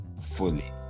fully